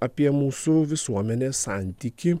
apie mūsų visuomenės santykį